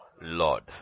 lord